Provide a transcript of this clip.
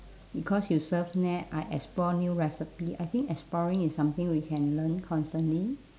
because you surf net I explore new recipe I think exploring is something we can learn constantly